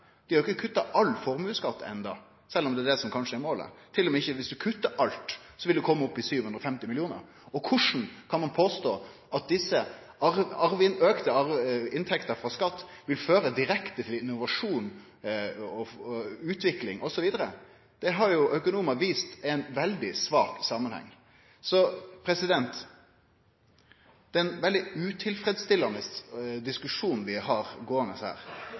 ikkje kutta all formuesskatt enno, sjølv om det er det som kanskje er målet. Sjølv ikkje om ein kuttar alt, vil ein kome opp i 750 mill. kr. Korleis kan ein påstå at desse auka inntektene frå skatt, vil føre direkte til innovasjon, utvikling osv.? Økonomar har vist at det er ein veldig svak samanheng. Det er ein veldig utilfredsstillande diskusjon vi har her,